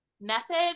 message